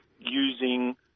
using